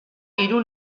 hiru